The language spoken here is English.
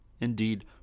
indeed